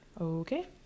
Okay